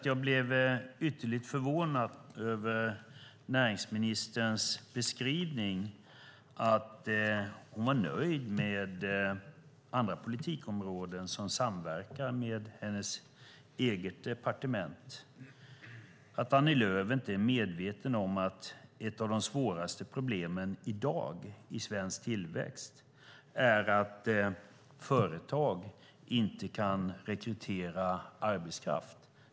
Jag blev ytterligt förvånad över näringsministerns beskrivning att hon var nöjd med andra politikområden som samverkar med hennes eget departement och att Annie Lööf inte är medveten om att ett av de svåraste problemen i dag när det gäller svensk tillväxt är att företag inte kan rekrytera arbetskraft.